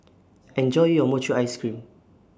Enjoy your Mochi Ice Cream